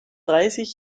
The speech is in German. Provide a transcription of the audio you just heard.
dreißig